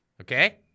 Okay